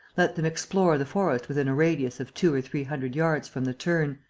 let them explore the forest within a radius of two or three hundred yards from the turn,